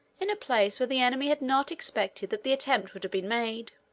in a place where the enemy had not expected that the attempt would have been made.